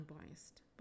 unbiased